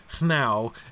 now